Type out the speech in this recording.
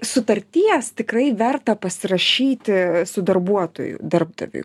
sutarties tikrai verta pasirašyti su darbuotoju darbdaviui